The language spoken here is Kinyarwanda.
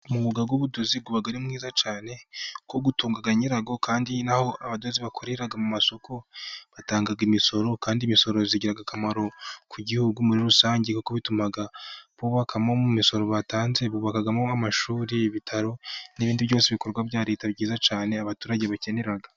Umwuga w'ubudozi uba ari mwiza cyane kuko utunga nyirawo, kandi n'aho abadozi bakorera mu masoko batanga imisoro. Kandi imisoro igira akamaro ku gihugu muri rusange, kuko bituma bubaka mu misoro batanze. Bubakamo amashuri, ibitaro n'ibindi byose bikorwa bya Leta byiza cyane, abaturage bakenera.